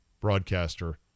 broadcaster